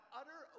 utter